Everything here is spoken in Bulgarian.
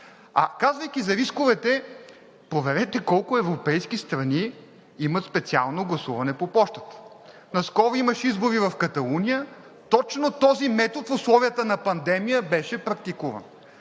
А казвайки за рисковете, проверете колко европейски страни имат специално гласуване по пощата. Наскоро имаше избори в Каталуния – точно този метод, в условията на пандемия, беше практикуван.